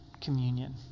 communion